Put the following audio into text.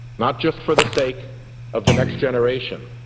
not just for the sake of the next generation,